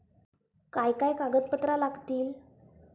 काय काय कागदपत्रा लागतील?